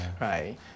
Right